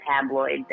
tabloids